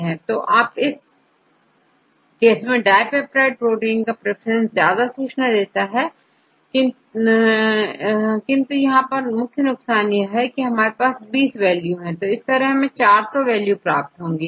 तो इस केस में डाय पेप्टाइड प्रोटीन का प्रेफरेंस ज्यादा सूचना देता है किंतु इसमें मुख्य नुकसान है कि हमारे पास 20 वैल्यू है पर हमें 400 वैल्यू प्राप्त होती है